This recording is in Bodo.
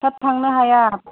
थाब थांनो हाया